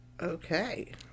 Okay